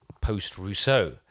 post-Rousseau